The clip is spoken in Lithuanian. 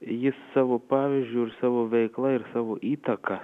jis savo pavyzdžiu ir savo veikla ir savo įtaka